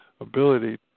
ability